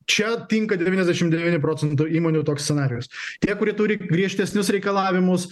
čia tinkadevyniasdešim devyniem procentam įmonių toks scenarijus tie kurie turi griežtesnius reikalavimus